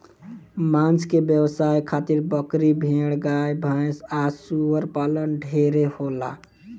मांस के व्यवसाय खातिर बकरी, भेड़, गाय भैस आ सूअर पालन ढेरे होला